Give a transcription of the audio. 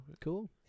Cool